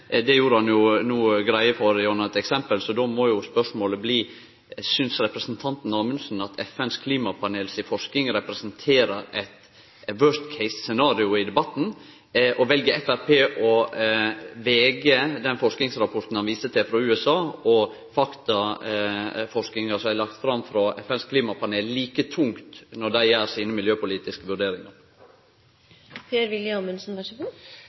Det gjorde han jo no greie for gjennom eit eksempel, så då må jo spørsmålet bli: Synest representanten Amundsen at FNs klimapanel si forsking representerer eit «worst case»-scenario i debatten, og vel Framstegspartiet å late den forskingsrapporten han viste til frå USA, og faktaforskinga, som er lagd fram frå FNs klimapanel, vege like tungt når dei gjer sine miljøpolitiske vurderingar?